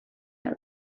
else